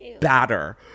batter